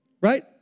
Right